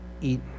eat